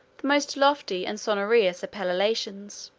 most lofty and sonorous appellations,